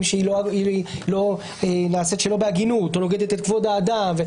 שהיא נעשית שלא בהגינות או נוגדת את כבוד האדם.